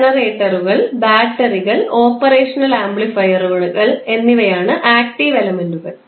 ജനറേറ്ററുകൾ ബാറ്ററികൾ ഓപ്പറേഷണൽ ആംപ്ലിഫയറുകൾ എന്നിവയാണ് ആക്ടീവ് എലമെൻറുകൾ